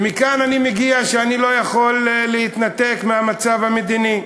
ומכאן אני מגיע לכך שאני לא יכול להתנתק מהמצב המדיני,